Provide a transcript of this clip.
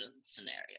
scenario